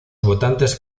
votantes